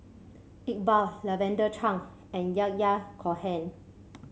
Iqbal Lavender Chang and Yahya Cohen